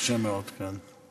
קשה מאוד, כן.